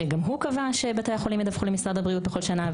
שגם הוא קבע שבתי החולים ידווחו למשרד הבריאות בכל שנה.